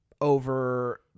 over